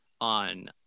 on